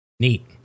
neat